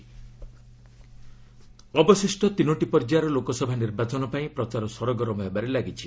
campaigning ଅବଶିଷ୍ଟ ତିନୋଟି ପର୍ଯ୍ୟାୟର ଲୋକସଭା ନିର୍ବାଚନ ପାଇଁ ପ୍ରଚାର ସରଗରମ୍ ହେବାରେ ଲାଗିଛି